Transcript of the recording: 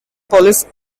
police